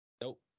Nope